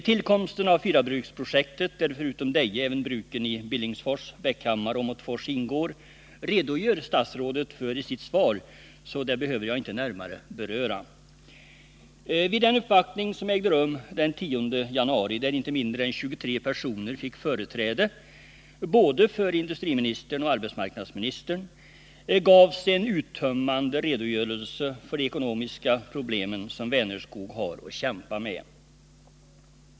Tillkomsten av fyrabruksprojektet, där förutom Deje även bruken i Billingsfors, Bäckhammar och Åmotfors ingår, redogör statsrådet för i sitt svar, så det behöver jag inte närmare beröra. Vid den uppvaktning som ägde rum den 10 januari, där inte mindre än 23 personer fick företräde för både industriministern och arbetsmarknadsministern, gavs en uttömmande redogörelse för de ekonomiska problem som Vänerskog har att kämpa med.